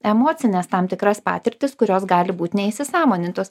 emocines tam tikras patirtis kurios gali būt neįsisąmonintos